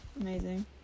Amazing